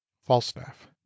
falstaff